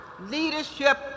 leadership